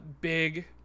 big